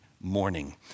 morning